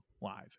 live